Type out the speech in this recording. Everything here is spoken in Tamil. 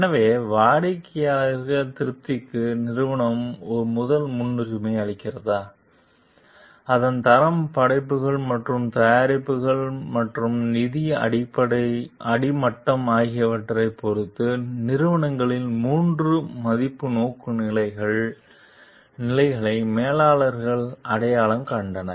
எனவே வாடிக்கையாளர் திருப்திக்கு நிறுவனம் முதல் முன்னுரிமை அளிக்கிறதா அதன் தரம் படைப்புகள் மற்றும் தயாரிப்புகள் மற்றும் நிதி அடிமட்டம் ஆகியவற்றைப் பொறுத்து நிறுவனங்களின் மூன்று மதிப்பு நோக்குநிலைகளை மேலாளர்கள் அடையாளம் கண்டனர்